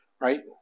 right